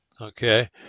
Okay